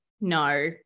no